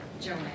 Joanne